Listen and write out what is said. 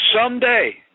someday